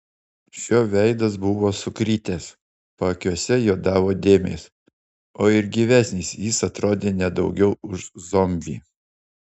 šio veidas buvo sukritęs paakiuose juodavo dėmės o ir gyvesnis jis atrodė ne daugiau už zombį